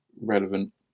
relevant